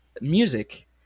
music